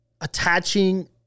attaching